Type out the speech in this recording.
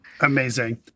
Amazing